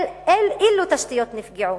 אילו תשתיות נפגעו?